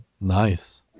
Nice